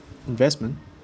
investment